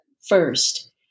first